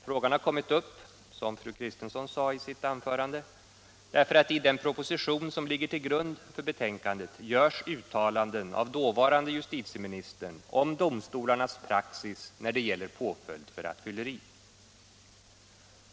Frågan har kommit upp, som fru Kristensson sade i sitt anförande, därför att det i den proposition som ligger till grund för betänkandet görs uttalanden av dåvarande justitieministern om domstolarnas praxis när det gäller påföljd för rattfylleri.